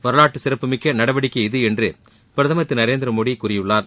வரலாற்றுச்சிறப்புமிக்க நடவடிக்கை இது என்று பிரதமர் திரு நரேந்திரமோடி கூறியுள்ளார்